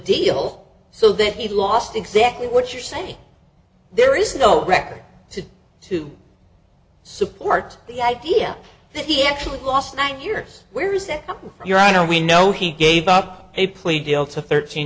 deal so that he lost exactly what you're saying there is no record to support the idea that he actually lost nine years where is it your honor we know he gave up a plea deal to thirteen